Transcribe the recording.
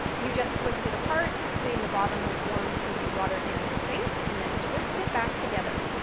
you just twist it apart, clean the bottom with warm, soapy water in your sink, and then twist it back together.